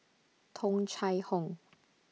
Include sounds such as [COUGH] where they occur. Tung Chye Hong [NOISE]